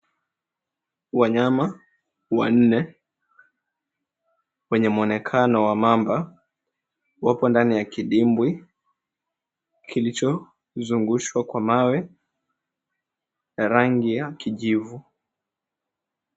Wanyama wanne wenye mwonekano wa mamba wapo ndani ya kidimbwi kilichozungushwa kwa mawe ya rangi ya kijivu.